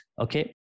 okay